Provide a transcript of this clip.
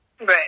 Right